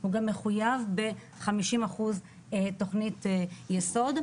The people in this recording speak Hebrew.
הוא גם מחויב ב-50% תוכנית יסוד,